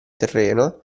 terreno